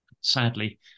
sadly